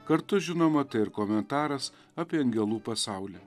kartu žinoma tai ir komentaras apie angelų pasaulį